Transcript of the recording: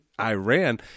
Iran